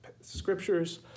scriptures